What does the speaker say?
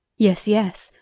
yes, yes,